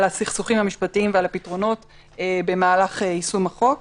הסכסוכים המשפטיים ועל הפתרונות במהלך יישום החוק.